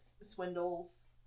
swindles